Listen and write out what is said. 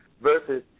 versus